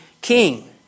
king